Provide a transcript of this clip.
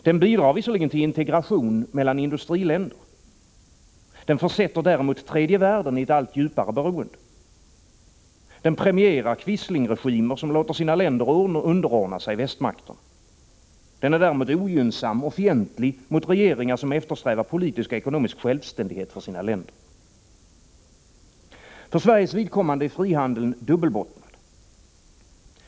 Den bidrar visserligen till integration mellan industriländer, men den försätter tredje världen i ett allt djupare beroende. Den premierar quislingregimer, som låter sina länder underordna sig västmakter. Den är däremot ogynnsam och fientlig mot regeringar som eftersträvar politisk och ekonomisk självständighet för sina länder. För Sveriges vidkommande är frihandeln dubbelbottnad.